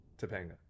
Topanga